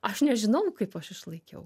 aš nežinau kaip aš išlaikiau